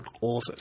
authors